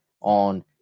on